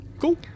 cool